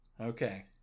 Okay